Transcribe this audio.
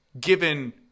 given